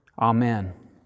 Amen